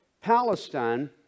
Palestine